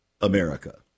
America